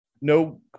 no